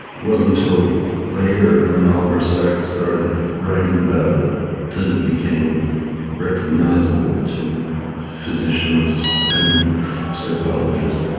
it wasn't until later when oliver sacks started writing about it that it became recognisable to physicians and psychologists.